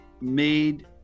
made